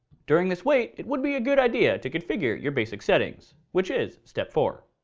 during this wait, it would be a good idea to configure your basic settings, which is, step four.